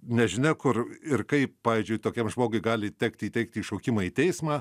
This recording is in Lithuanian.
nežinia kur ir kaip pavyzdžiui tokiam žmogui gali tekt įteikti šaukimą į teismą